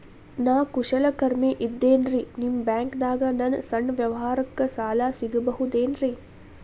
ನಾ ಕುಶಲಕರ್ಮಿ ಇದ್ದೇನ್ರಿ ನಿಮ್ಮ ಬ್ಯಾಂಕ್ ದಾಗ ನನ್ನ ಸಣ್ಣ ವ್ಯವಹಾರಕ್ಕ ಸಾಲ ಸಿಗಬಹುದೇನ್ರಿ?